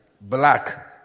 black